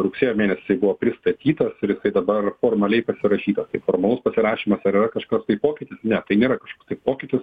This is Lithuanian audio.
rugsėjo mėnesį jisai buvo pristatytas lyg tai dabar formaliai pasirašytas tai formalus pasirašymas ar yra kažkoks tai pokytis ne tai nėra kažkoks tai pokytis